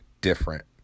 different